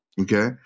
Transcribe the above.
okay